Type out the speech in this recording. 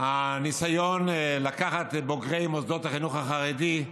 הניסיון לקחת את בוגרי מוסדות החינוך החרדי,